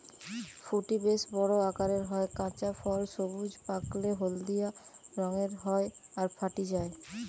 ফুটি বেশ বড় আকারের হয়, কাঁচা ফল সবুজ, পাকলে হলদিয়া রঙের হয় আর ফাটি যায়